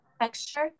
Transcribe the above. texture